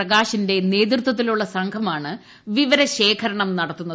പ്രകാശിന്റെ നേതൃത്വത്തിലുള്ള സംഘമാണ് വിവരശേഖരണം നടത്തുന്നത്